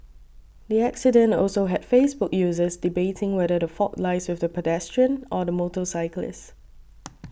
the accident also had Facebook users debating whether the fault lies with the pedestrian or the motorcyclist